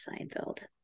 Seinfeld